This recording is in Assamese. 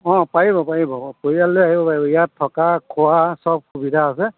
অঁ পাৰিব পাৰিব পৰিয়াললৈ আহিব পাৰিব ইয়াত থকা খোৱা চব সুবিধা আছে